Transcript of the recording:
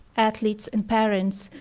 athletes and parents,